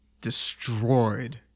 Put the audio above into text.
destroyed